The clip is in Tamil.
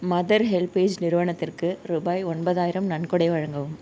மதர் ஹெல்ப்பேஜ் நிறுவனத்திற்கு ரூபாய் ஒன்பதாயிரம் நன்கொடை வழங்கவும்